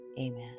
Amen